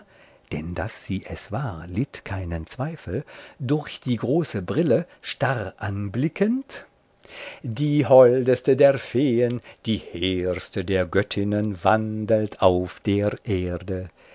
brambilla daß sie es war litt keinen zweifel durch die große brille starr anblickend die holdeste der feen die hehrste der göttinnen wandelt auf der erde